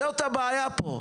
זו הבעיה פה.